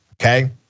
okay